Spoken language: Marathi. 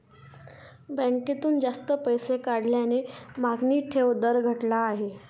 बँकेतून जास्त पैसे काढल्याने मागणी ठेव दर घटला आहे